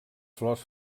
flors